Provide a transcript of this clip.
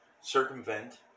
circumvent